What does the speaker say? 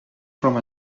from